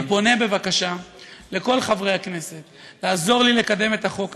אני פונה בבקשה לכל חברי הכנסת לעזור לי לקדם את החוק הזה,